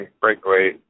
breakaway